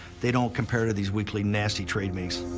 they don't compare to these weekly nasty trade meetings.